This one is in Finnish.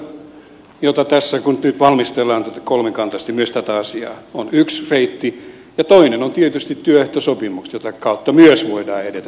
lainsäädäntö jota tässä nyt myös valmistellaan kolmikantaisesti on yksi reitti ja toinen on tietysti työehtosopimukset jota kautta myös voidaan edetä tässä asiassa